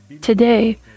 today